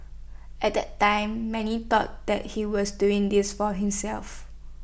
at that time many thought that he was doing this for himself